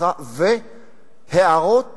והערות